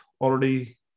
already